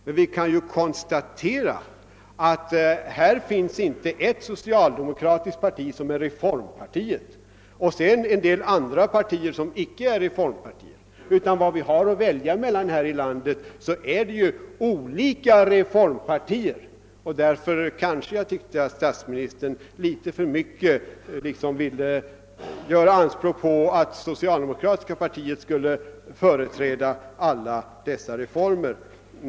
Men vi kan ju konstatera att det är inte så att det bara finns ett socialdemokratiskt parti som är reformpartiet och sedan en del andra partier som inte är reformpartier, utan vad vi har att välja mellan här i landet är olika reformpartier. Därför tyckte jag att statsministern litet för mycket ville göra anspråk på att det socialdemokra tiska partiet skulle företräda alla reformer.